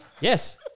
Yes